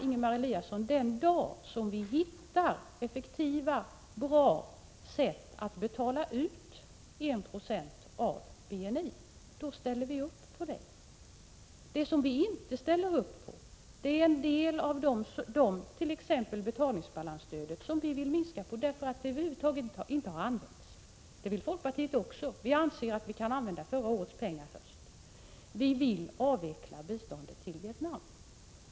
Ingemar Eliasson, den dag vi hittar effektiva och bra sätt att betala ut 1 96 av BNI ställer vi gärna upp på det. Det som vi inte ställer upp på är t.ex. betalningsbalansstödet, vilket vi vill minska, eftersom det över huvud taget inte har använts. Det vill folkpartiet också. Vi anser att vi kan använda förra årets pengar först. Vi vill också avveckla biståndet till Vietnam.